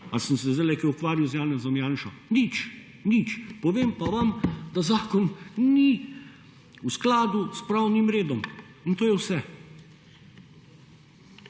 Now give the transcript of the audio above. Ali sem se zdaj kaj ukvarjal z Janezom Janšo? Nič. Povem pa vam, da zakon ni v skladu s pravnim redom in to je vse.